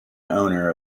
owner